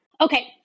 Okay